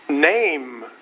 Name